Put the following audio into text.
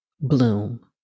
bloom